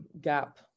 gap